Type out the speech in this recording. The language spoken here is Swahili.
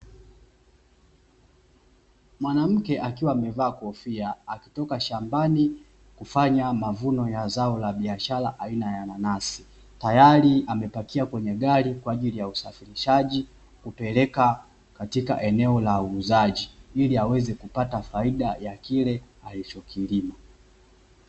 Mwanamke akiwa amevaa kofia akitoka shambani kufanya mavuno ya zao la biashara aina ya nanasi, tayari amepkia kwenye gari kwa ajili ya usafirishaji kupeleka katika eneo la uuzaji ili aweze kupata faida ya kile alichokilima.